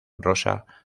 rosa